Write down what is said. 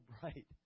bright